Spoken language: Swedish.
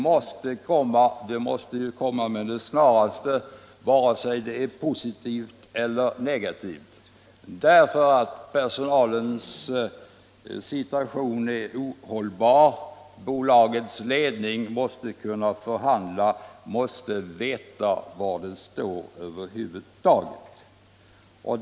Ett besked måste nu lämnas med det snaraste, oavsett om det är positivt eller negativt, därför att personalens situation är ohållbar. Man måste också i bolagets ledning kunna förhandla och veta var man står över huvud taget.